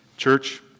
Church